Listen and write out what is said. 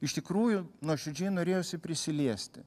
iš tikrųjų nuoširdžiai norėjosi prisiliesti